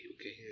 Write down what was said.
okay